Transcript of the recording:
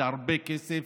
זה הרבה כסף